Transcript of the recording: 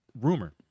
Rumor